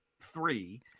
three